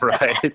right